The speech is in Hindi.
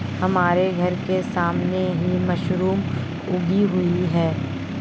हमारे घर के सामने ही मशरूम उगी हुई है